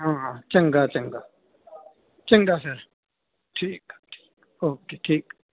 ਹਾਂ ਚੰਗਾ ਚੰਗਾ ਚੰਗਾ ਫਿਰ ਠੀਕ ਆ ਠੀਕ ਆ ਓਕੇ ਠੀਕ